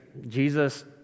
Jesus